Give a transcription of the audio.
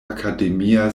akademia